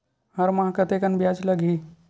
हर माह कतेकन ब्याज लगही?